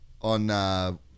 on